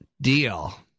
deal